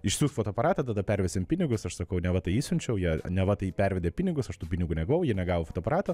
išsiųsk fotoaparatą tada pervesim pinigus aš sakau neva tai išsiunčiau jie neva tai pervedė pinigus aš tų pinigų negavau jie negavo fotoaparato